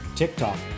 TikTok